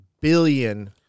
billion